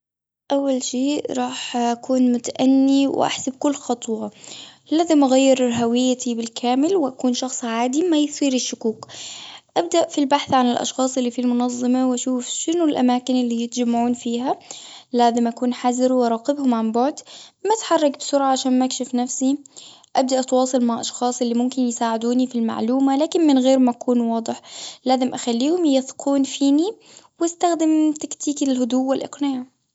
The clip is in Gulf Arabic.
أول شيء راح أكون متأني، واحسب كل خطوة. لازم أغير هويتي بالكامل، وأكون شخص عادي ما يثير الشكوك. ابدأ في البحث عن الأشخاص اللي في المنظمة، واشوف شنو الأماكن اللي يتجمعون فيها. لازم أكون حذر وأراقبهم عن بعد. ما اتحرك بسرعة، عشان ما اكشف نفسي. ابدأ اتواصل مع أشخاص، اللي ممكن يساعدوني في المعلومة، لكن من غير ما أكون واضح. لازم أخليهم يثقون فيني ،واستخدم تكتيكي للهدوء والإقناع.